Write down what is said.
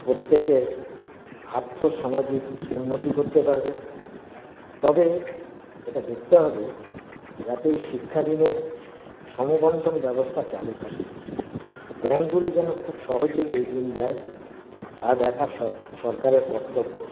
প্রত্যেকের আর্থসামাজিক উন্নতি করতে পারবে তবে এটা দেখতে হবে যাতে এই শিক্ষা ঋণের সমবণ্টন ব্যবস্থা চালু থাকে ব্যাঙ্কগুলি যেন খুব সহজেই এই ঋণ দেয় তা দেখা স সরকারের কর্তব্য